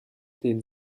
den